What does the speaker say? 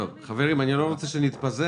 חברים, אני לא רוצה שנתפזר.